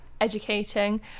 educating